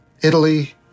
Italy